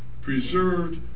preserved